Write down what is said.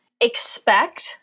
expect